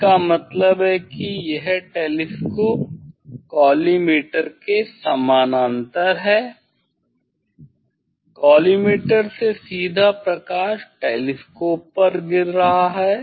इसका मतलब है कि यह टेलीस्कोप कॉलीमटोर के समानांतर है कॉलीमटोर से सीधा प्रकाश टेलीस्कोप पर गिर रहा है